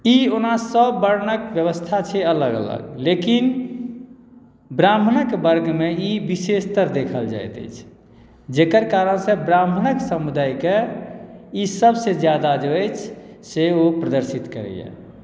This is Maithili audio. ई ओना सभवर्णक व्यवस्था छै अलग अलग लेकिन ब्राह्मणक वर्गमे ई विशेषतर देखल जाइत अछि जकर कारणसँ ब्राह्मणक समुदायकेँ ई सभसँ ज्यादा जे अछि से ओ प्रदर्शित करैए